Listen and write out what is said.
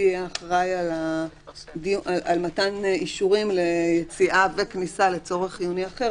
יהיה אחראי על מתן אישורים ליציאה וכניסה לצורך חיוני אחר,